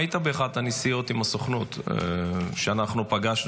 אני חושב שהיית באחת הנסיעות עם הסוכנות כשאנחנו פגשנו,